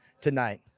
tonight